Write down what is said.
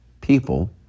people